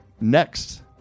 Next